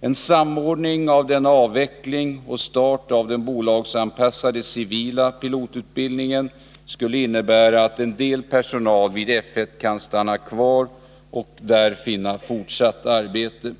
En samordning av denna avveckling och en start av den bolagsanpassade civila pilotutbildningen skulle innebära att en del personal vid F 1 kan stanna kvar och där finna fortsatt arbete.